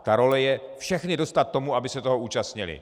Ta role je všechny dostat tomu, aby se toho účastnili.